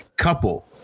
couple